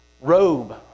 robe